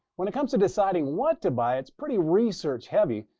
when it comes to deciding what to buy, it's pretty research-heavy,